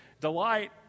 Delight